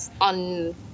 on